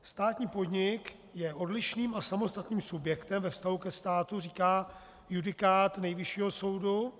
Státní podnik je odlišným a samostatným subjektem ve vztahu ke státu, říká judikát Nejvyššího soudu.